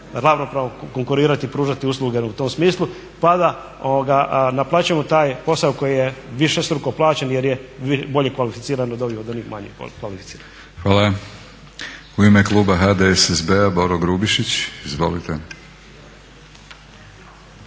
ravnopravno konkurirati i pružati usluge u tom smislu, pa da naplaćujemo taj posao koji je višestruko plaćen jer je bolje kvalificiran od onih manje kvalificiranih. **Batinić, Milorad (HNS)** Hvala. U ime kluba HDSSB-a Boro Grubišić, izvolite.